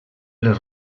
les